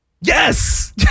Yes